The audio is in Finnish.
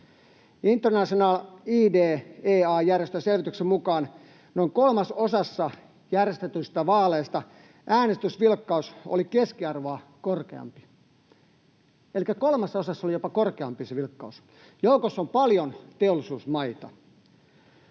International IDEA ‑järjestön selvityksen mukaan noin kolmasosassa järjestetyistä vaaleista äänestysvilkkaus oli keskiarvoa korkeampi — elikkä kolmasosassa oli jopa korkeampi se vilkkaus. Joukossa on paljon teollisuusmaita.